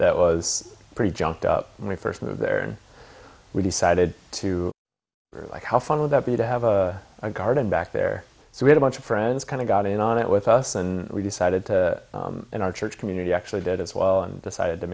that was pretty jumped up when we first moved there we decided to like how fun would that be to have a garden back there so we had lunch with friends kind of got in on it with us and we decided to in our church community actually did as well and decided to